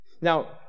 Now